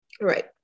right